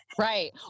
Right